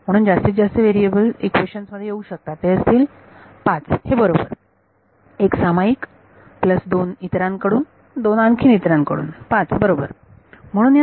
म्हणून जास्तीत जास्त व्हेरिएबल इक्वेशन मध्ये येऊ शकतात ते असतील 5 हे बरोबर 1 सामायिक प्लस दोन 2 इतरांकडून 2 आणखीन इतरांकडून 5 बरोबर